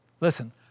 Listen